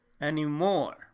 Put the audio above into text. Anymore